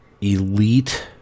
elite